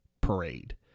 parade